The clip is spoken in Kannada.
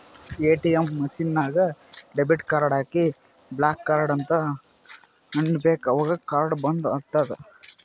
ಎ.ಟಿ.ಎಮ್ ಮಷಿನ್ ನಾಗ್ ಡೆಬಿಟ್ ಕಾರ್ಡ್ ಹಾಕಿ ಬ್ಲಾಕ್ ಕಾರ್ಡ್ ಅಂತ್ ಅನ್ಬೇಕ ಅವಗ್ ಕಾರ್ಡ ಬಂದ್ ಆತ್ತುದ್